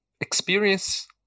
experience